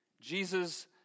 Jesus